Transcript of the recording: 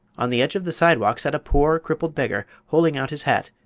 on the edge of the sidewalk sat a poor, crippled beggar, holding out his hat,